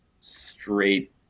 straight